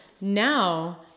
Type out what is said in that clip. now